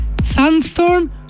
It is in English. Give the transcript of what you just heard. Sandstorm